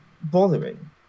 bothering